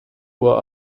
uhr